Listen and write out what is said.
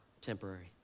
temporary